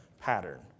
pattern